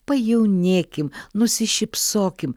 pajaunėkim nusišypsokim